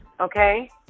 Okay